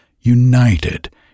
united